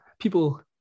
people